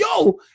yo